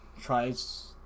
tries